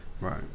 right